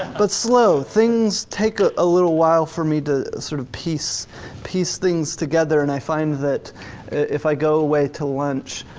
but slow, things take a ah little while for me to sort of piece piece things together and i find that if i go away to lunch,